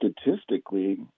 statistically